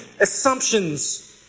assumptions